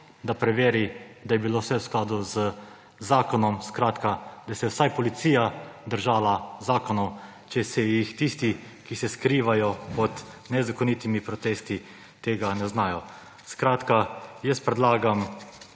da preveri, da je bilo vse v skladu z zakonom, skratka, da se je vsaj policija držala zakonov, če se jih tisti, ki se skrivajo pod nezakonitimi protesti, ne znajo. Skratka, jaz predlagam,